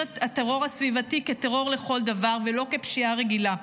את הטרור הסביבתי כטרור לכל דבר ולא כפשיעה רגילה.